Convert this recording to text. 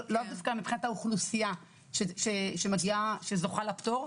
לאו דווקא מבחינת האוכלוסייה שזוכה לפטור,